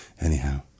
Anyhow